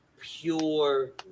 pure